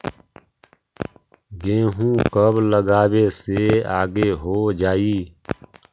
गेहूं कब लगावे से आगे हो जाई?